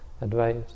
advice